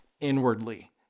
inwardly